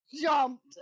jumped